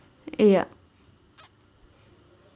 ya